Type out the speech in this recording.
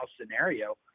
scenario